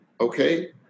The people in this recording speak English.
Okay